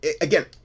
again